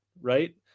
right